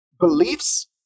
beliefs